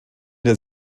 der